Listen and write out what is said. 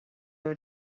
have